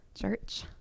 church